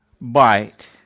bite